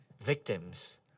victims